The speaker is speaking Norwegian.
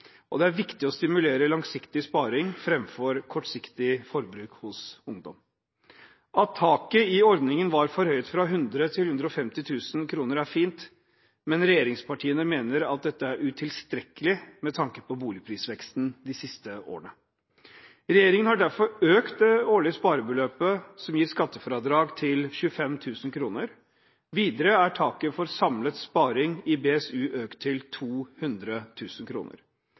høyere. Det er viktig å stimulere langsiktig sparing framfor kortsiktig forbruk hos ungdom. At taket i BSU-ordningen var forhøyet fra 100 000 kr til 150 000 kr, er fint, men regjeringspartiene mener at dette er utilstrekkelig med tanke på boligprisveksten de siste årene. Regjeringen har derfor økt det årlige sparebeløpet som gir skattefradrag, til 25 000 kr. Videre er taket for samlet sparing i BSU økt til